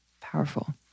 Powerful